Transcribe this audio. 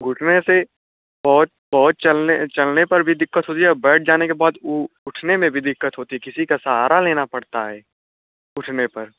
घुठने से बहुत बहुत चलने चलने पर भी दिक़्क़त होती है और बैठ जाने के बाद उ उठने में भी दिक़्क़त होती थी किसी का साहारा लेना पड़ता है उठने पर